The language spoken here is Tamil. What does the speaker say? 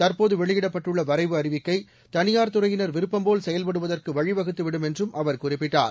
தற்போது வெளியிடப்பட்டுள்ள வரைவு அறிவிக்கை தனியார் துறையினர் விருப்பம்போல் செயல்படுவதற்கு வழிவகுத்துவிடும் என்றும் அவர் குறிப்பிட்டார்